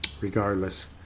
regardless